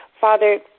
Father